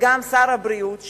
וגם שר הבריאות,